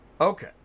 Okay